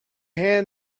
hand